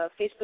Facebook